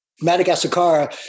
Madagascar